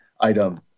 item